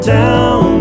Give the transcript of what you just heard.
town